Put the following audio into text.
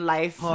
Life